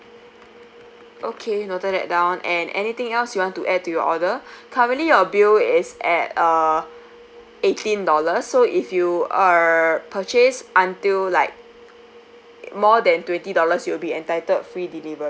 okay noted that down and anything else you want to add to your order currently your bill is at uh eighteen dollars so if you uh purchased until like more than twenty dollars you'd be entitled free delivery